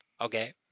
Okay